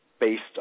based